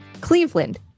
Cleveland